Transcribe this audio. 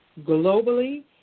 globally